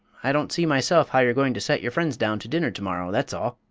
i don't see myself how you're going to set your friends down to dinner to-morrow, that's all.